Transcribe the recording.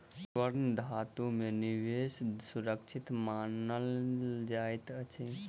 स्वर्ण धातु में निवेश सुरक्षित मानल जाइत अछि